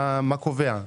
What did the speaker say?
מה קובע?